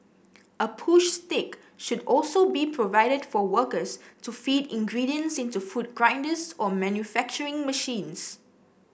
a push stick should also be provided for workers to feed ingredients into food grinders or manufacturing machines